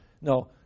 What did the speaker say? No